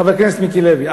חבר הכנסת מיקי לוי,